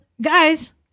guys